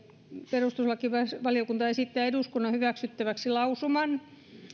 perustuslakivaliokunta esittää eduskunnan hyväksyttäväksi lausuman